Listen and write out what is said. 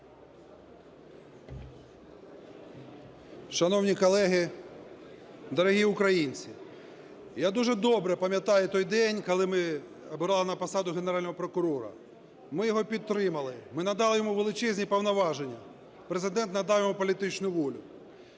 Шановні колеги, дорогі українці! Я дуже добре пам'ятаю той день, коли ми обирали на посаду Генерального прокурора. Ми його підтримали, ми дали йому величезні повноваження, Президент надав йому політичну волю.